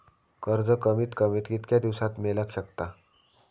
कर्ज कमीत कमी कितक्या दिवसात मेलक शकता?